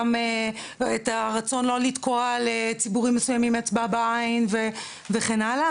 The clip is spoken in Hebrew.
גם את הרצון לא לתקוע לציבורים מסוימים אצבע בעין וכן הלאה.